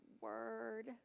word